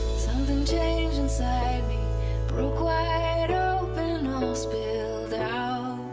somethin' changed inside me broke open all spilled out